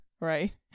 right